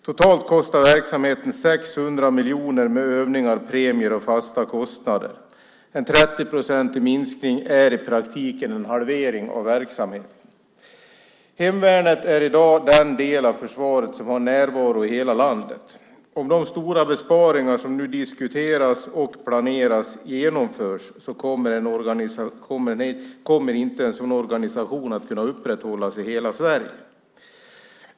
Totalt kostar verksamheten 600 miljoner med övningar, premier och fasta kostnader. En 30-procentig minskning är i praktiken en halvering av verksamheten. Hemvärnet är i dag den del av försvaret som har närvaro i hela landet. Om de stora besparingar som nu diskuteras och planeras genomförs kommer inte en sådan organisation att kunna upprätthållas i hela Sverige.